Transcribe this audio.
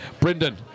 brendan